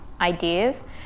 ideas